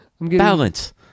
Balance